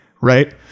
right